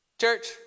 Church